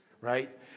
Right